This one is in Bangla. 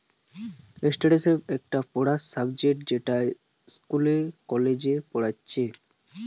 স্ট্যাটিসটিক্স একটা পড়ার সাবজেক্ট যেটা ইস্কুলে, কলেজে পড়াইতিছে